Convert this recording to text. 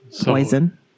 Poison